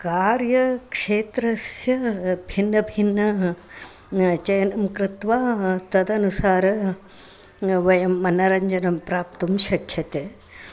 कार्यक्षेत्रस्य भिन्नभिन्नं चयनं कृत्वा तदनुसारं वयं मनोरञ्जनं प्राप्तुं शक्यते